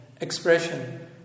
expression